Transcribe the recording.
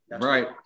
Right